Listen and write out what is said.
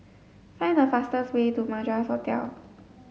find the fastest way to Madras Hotel